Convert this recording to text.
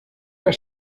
der